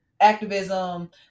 activism